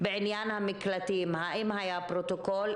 בעניין המקלטים, האם היה פרוטוקול?